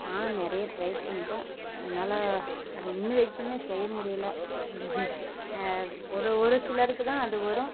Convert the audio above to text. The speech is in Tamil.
நானும் நிறைய ட்ரை பண்ணிவிட்டேன் என்னால் அது இன்றைய வரைக்குமே செய்ய முடியல ஒரு ஒரு சிலருக்கு தான் அது வரும்